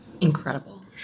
incredible